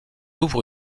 ouvre